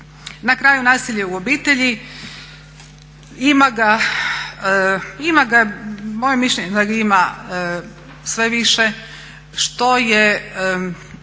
Na kraju nasilje u obitelji. Ima ga, moje je mišljenje da ga ima sve više. Što je